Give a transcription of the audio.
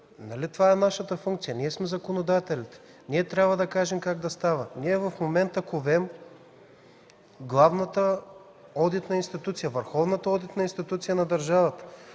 Нали това е нашата функция – ние сме законодателите и трябва да кажем как да става. В момента ковем главната одитна, върховната одитна институция на държавата.